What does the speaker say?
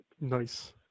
Nice